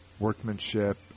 Workmanship